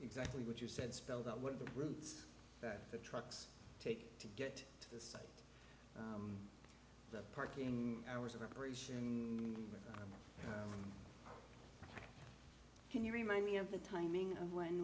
exactly what you said spelled out what the routes that the trucks take to get to the parking hours of operation can you remind me of the timing of when